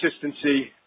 consistency